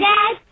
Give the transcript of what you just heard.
Dad